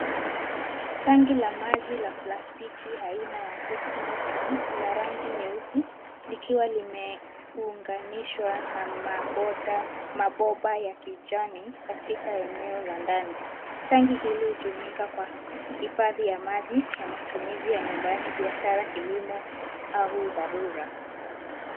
Tangi la maji la plastiki aina ya Techno Tank la rangi nyeusi likiwa limeunganishwa na mabomba ya kijani katika eneo la ndani. Tangi hili hutumika kwa hifadhi ya maji ya matumizi ya nyumbani, biashara, kilimo au dharura.